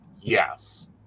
Yes